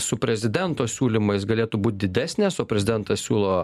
su prezidento siūlymais galėtų būt didesnės o prezidentas siūlo